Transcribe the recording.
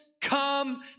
come